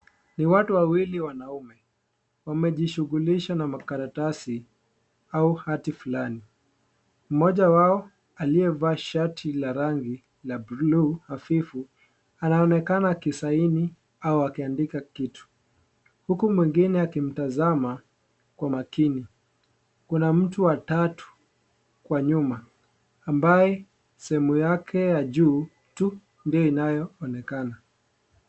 Ni watu wawili wanaume, wamejidhihirisha na makaratasi au hati fulani. Mmoja wao aliyevaa shati la rangi la buluu hafifu anaonekana alisaini au kuandika kitu. Huku mwingine akimtazama kwa makini. Kuna mtu wa tatu kwa nyumba ambaye sehemu yake ya juu tu ndio inayo onekana.